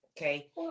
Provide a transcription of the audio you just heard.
Okay